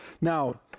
Now